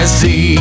see